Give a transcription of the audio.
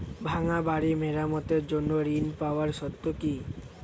ভাঙ্গা বাড়ি মেরামতের জন্য ঋণ পাওয়ার শর্ত কি?